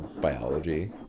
biology